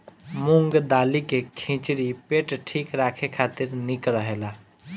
मूंग दाली के खिचड़ी पेट ठीक राखे खातिर निक रहेला